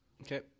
Okay